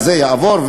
זה יעבור,